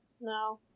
No